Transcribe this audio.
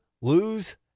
lose